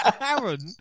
Aaron